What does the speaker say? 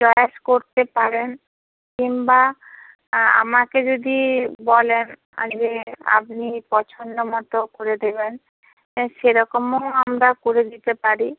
choice করতে পারেন কিংবা আমাকে যদি বলেন আজকে আপনি পছন্দ মতো করে দেবেন সেরকমও আমরা করে দিতে পারি